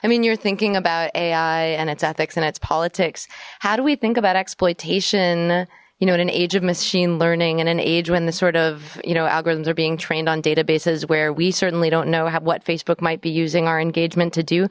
mean you're thinking about ai and its ethics and its politics how do we think about exploitation you know in an age of machine learning and an age when the sort of you know algorithms are being trained on databases where we certainly don't know how what facebook might be using our engagement to do